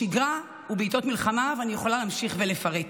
בשגרה ובעיתות מלחמה, ואני יכולה להמשיך ולפרט.